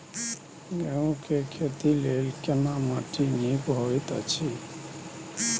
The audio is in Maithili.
गेहूँ के खेती लेल केना माटी नीक होयत अछि?